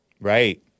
Right